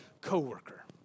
co-worker